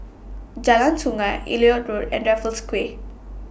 Jalan Sungei Elliot Road and Raffles Quay